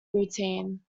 routine